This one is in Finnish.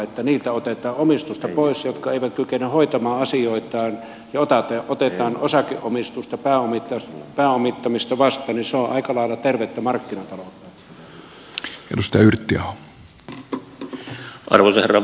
kun niiltä otetaan omistusta pois jotka eivät kykene hoitamaan asioitaan ja otetaan osakeomistusta pääomittamista vastaan niin se on aika lailla tervettä markkinataloutta